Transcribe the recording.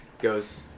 goes